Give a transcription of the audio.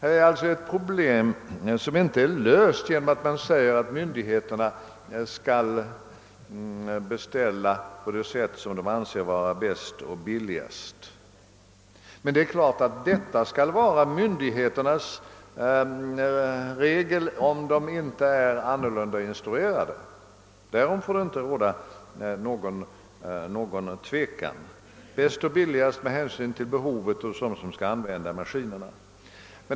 Problemet är alltså inte löst genom att man säger att myndigheterna skall beställa på sätt som de anser bäst och billigast med hänsyn till behovet hos dem som skall använda maskinerna. Detta skall ju vara en regel för myndigheterna, om de inte är annorlunda instruerade — därom får inte råda någon tvekan.